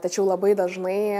tačiau labai dažnai